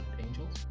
angels